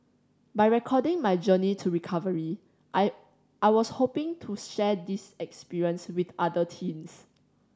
by recording my journey to recovery I I was hoping to share this experience with other teens